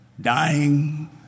dying